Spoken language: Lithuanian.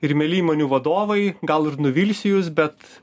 ir mieli įmonių vadovai gal ir nuvilsiu jus bet